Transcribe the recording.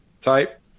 type